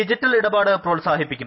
digital ഇടപാട് പ്രോൽസാഹിപ്പിക്കും